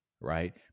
right